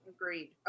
Agreed